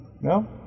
No